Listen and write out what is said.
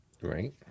Right